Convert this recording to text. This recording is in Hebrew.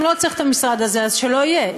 אם לא צריך את המשרד הזה, אז שלא יהיה.